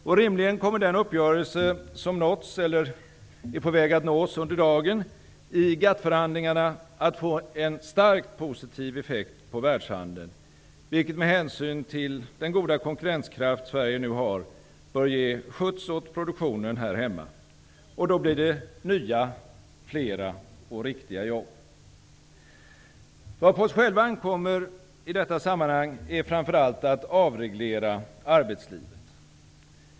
Och rimligen kommer den uppgörelse som är på väg att nås i GATT-förhandlingarna att få en starkt positiv effekt på världshandeln, vilket med hänsyn till den goda konkurrenskraft Sverige nu har bör ge skjuts åt produktionen här hemma. Och då blir det flera nya och riktiga jobb. Vad på oss själva ankommer i detta sammanhang är framför allt att avreglera arbetslivet.